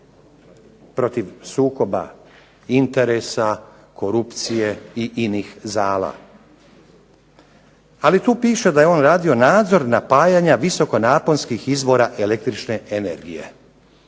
protiv sukoba interesa, korupcije i inih zala. Ali tu piše da je on radio nadzor napajanja visokonaponskih izvora električne energije.